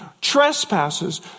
Trespasses